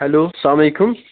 hello سلامُ علیکُم